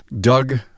Doug